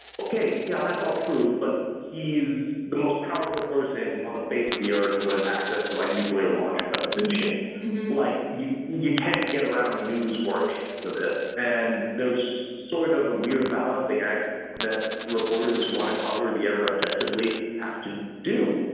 okay. yeah. that's all true. but he's the most powerful person on the face of the earth was access to white nuclear launch codes and shit like you. you can't get around the newsworthiness of it. and there's sort of a weird balancing act that reporters want to cover the era objectively have to do